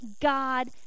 God